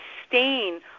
sustain